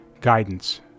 guidance